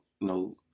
no